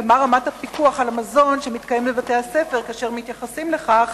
ומה רמת הפיקוח על המזון שמתקיים בבתי-הספר כאשר מתייחסים לכך